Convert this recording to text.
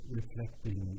reflecting